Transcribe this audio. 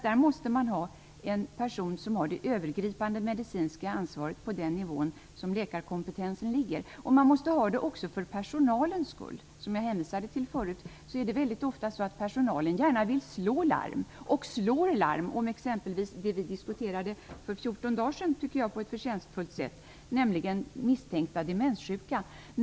Där måste man ha en person med det övergripande medicinska ansvaret på den nivå där läkarkompetensen ligger. Man måste ha det också för personalens skull. Som jag hänvisade till förut är det ofta så att personalen gärna vill slå larm. De slår också larm om exempelvis det vi diskuterade för 14 dagar sedan på ett som jag tycker förtjänstfullt sätt, nämligen misstänkta demenssjuka.